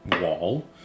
wall